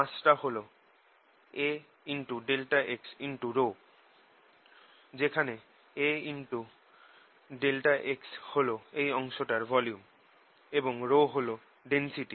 mass টা হল A∆xρ যেখানে A∆x হল এই অংশটার ভলিউম এবং হল ডেন্সিটি